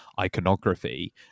iconography